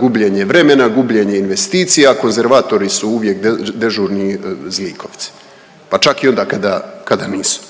gubljenje vremena, gubljenje investicija, konzervatori su uvijek dežurni zlikovci, pa čak i onda kada nisu.